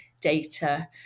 data